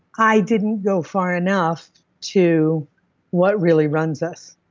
i didn't go far enough to what really runs us.